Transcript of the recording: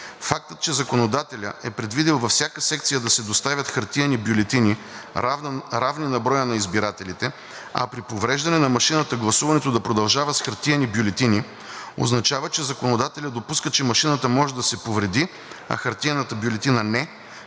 Фактът, че законодателят е предвидил във всяка секция да се доставят хартиени бюлетини, равни на броя на избирателите, а при повреждане на машината гласуването да продължава с хартиени бюлетини, означава, че законодателят допуска, че машината може да се повреди, а хартиената бюлетина не,